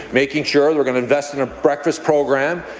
making sure they're going to invest in a breakfast program,